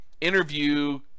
Interview